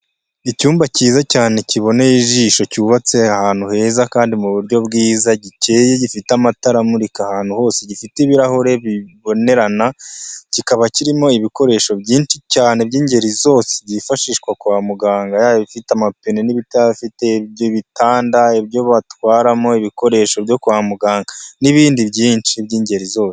Icyumba cyiza cyane kiboneye ijisho cyubatse ahantu heza kandi mu buryo bwiza gikeye, gifite amatara amurika ahantu hose, gifite ibirahure bibonerana. Kikaba kirimo ibikoresho byinshi cyane by'ingeri zose byifashishwa kwa muganga yaba ibifite amapine n'ibitafite by'ibitanda, ibyo batwaramo ibikoresho byo kwa muganga n'ibindi byinshi by'ingeri zose.